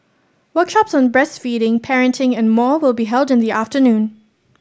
workshops on breastfeeding parenting and more will be held in the afternoon